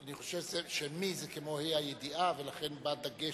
אני חושב שמ"ם זה כמו ה"א הידיעה, ולכן בא בדגש